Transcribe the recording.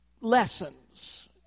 lessons